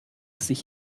sich